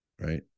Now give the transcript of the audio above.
Right